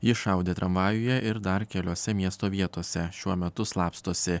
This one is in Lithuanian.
jis šaudė tramvajuje ir dar keliose miesto vietose šiuo metu slapstosi